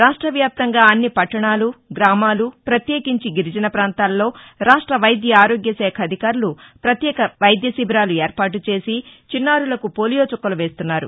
రాష్ట వ్యాప్తంగా అన్ని పట్టణాలు గ్రామాలు ప్రత్యేకించి గిరిజన పాంతాల్లో రాష్ట వైద్య ఆరోగ్య శాఖ అధికారులు పత్యేక శిబీరాలు ఏర్పాటు చేసి చిన్నారులకు పోలియో చుక్కలు వేస్తున్నారు